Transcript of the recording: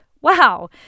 wow